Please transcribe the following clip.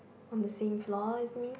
on the same floor as me